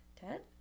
Ted